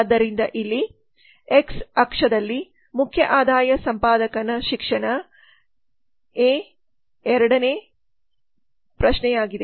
ಆದ್ದರಿಂದ ಇಲ್ಲಿ ಎಕ್ಸ್ ಅಕ್ಷದಲ್ಲಿ ಮುಖ್ಯ ಆದಾಯ ಸಂಪಾದಕನ ಶಿಕ್ಷಣ ಎರಡನೇ ಪ್ರಶ್ನೆಯಾಗಿದೆ